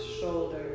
shoulder